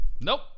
Nope